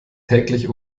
täglich